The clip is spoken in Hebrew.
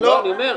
לא.